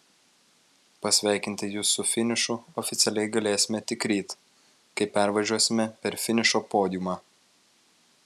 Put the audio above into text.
pasveikinti jus su finišu oficialiai galėsime tik ryt kai pervažiuosime per finišo podiumą